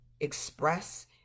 express